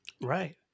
Right